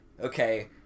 okay